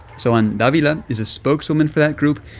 so and davila is a spokeswoman for that group,